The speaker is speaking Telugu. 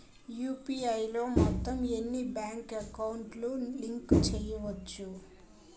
యు.పి.ఐ లో మొత్తం ఎన్ని బ్యాంక్ అకౌంట్ లు లింక్ చేయచ్చు?